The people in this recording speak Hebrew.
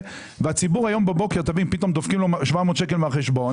בבוקר דופקים לציבור 700 שקלים מהחשבון.